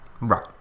Right